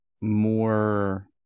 more